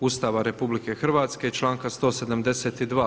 Ustava RH i članka 172.